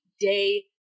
day